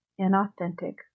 inauthentic